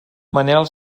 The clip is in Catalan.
manel